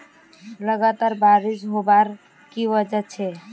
लगातार बारिश होबार की वजह छे?